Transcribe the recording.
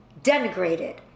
denigrated